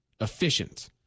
Efficient